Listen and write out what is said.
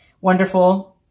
wonderful